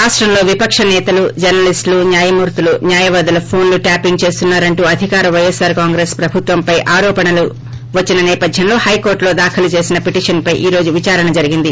రాష్టంలో విపక్ష సేతలు జర్నలీస్టులు న్యాయమూర్తులు న్యాయవాదుల ఫోన్లు ట్యాపింగ్ చేస్తున్నా రంటూ అధికార పైఎస్సార్ కాంగ్రెస్ ప్రభుత్వంపైన ఆరోపణలు వచ్చిన సేపథ్యంలో హైకోర్టులో దాఖలు చేసిన పిటిషన్ పై ఈ రోజు విదారణ జరిగింది